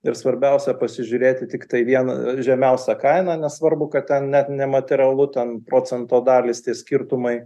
ir svarbiausia pasižiūrėti tiktai vien žemiausią kainą nesvarbu kad net nematerialu ten procento dalys tie skirtumai